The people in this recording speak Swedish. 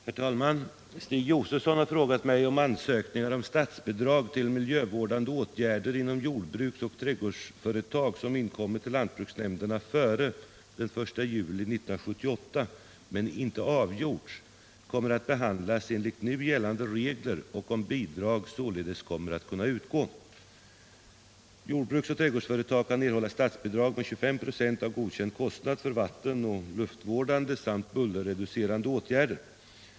Herr talman! Stig Josefson har frågat mig, om ansökningar om statsbidrag till miljövårdande åtgärder inom jordbruksoch trädgårdsföretag, som inkommit till lantbruksnämnderna före den 1 juli 1978 men inte avgjorts, kommer att behandlas enligt nu gällande regler och om bidrag således kommer att kunna utgå. Jordbruksoch trädgårdsföretag kan erhålla statsbidrag med 25 86 av godkänd kostnad för vattenoch luftvårdande samt bullerreducerande åtgärder.